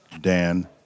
Dan